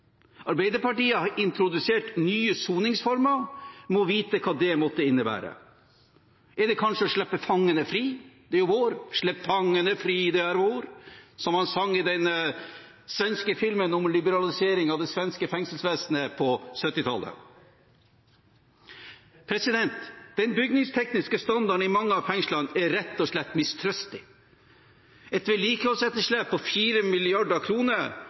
Arbeiderpartiet har introdusert nye soningsformer. Må vite hva det måtte innebære. Er det kanskje å slippe fangene fri? Det er jo vår. «Slipp fangene fri, det er vår», som man sang i den svenske filmen om liberalisering av det svenske fengselsvesenet på 1970-tallet. Den bygningstekniske standarden i mange av fengslene er rett og slett mistrøstig. Et vedlikeholdsetterslep på